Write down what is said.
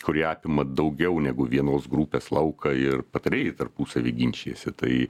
kurie apima daugiau negu vienos grupės lauką ir patarėjai tarpusavyje ginčijasi tai